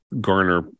garner